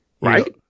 Right